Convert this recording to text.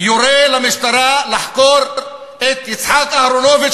יורה למשטרה לחקור את יצחק אהרונוביץ,